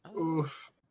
Oof